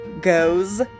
goes